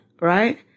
right